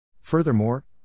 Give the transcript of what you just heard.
Furthermore